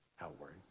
outward